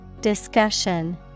Discussion